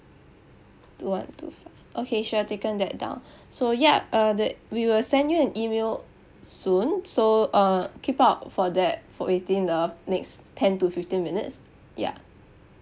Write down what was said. two one two five okay sure taken that down so ya uh the we will send you an email soon so uh keep out for that for within the next ten to fifteen minutes ya